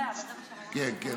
כן, כן.